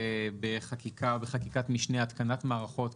בחקיקה או בחקיקת משנה התקנת מערכות,